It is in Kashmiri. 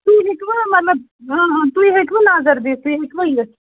تُہۍ ہیٚکوا مطلب آ آ تُہۍ ہیٚکوٕ نظر دِتھ تُہۍ ہیٚکوا یِتھ